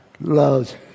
loves